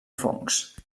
fongs